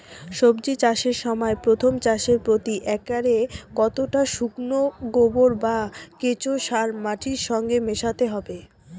সবজি চাষের সময় প্রথম চাষে প্রতি একরে কতটা শুকনো গোবর বা কেঁচো সার মাটির সঙ্গে মেশাতে হবে?